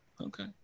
okay